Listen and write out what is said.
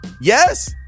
Yes